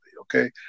okay